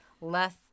less